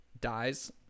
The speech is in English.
dies